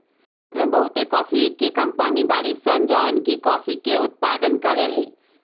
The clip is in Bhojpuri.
भारत में बहुते काफी के कंपनी बाड़ी सन जवन की काफी के उत्पादन करेली